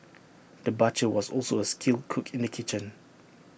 the butcher was also A skilled cook in the kitchen